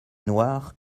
noires